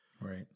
right